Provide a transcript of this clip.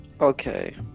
Okay